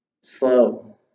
Slow